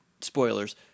Spoilers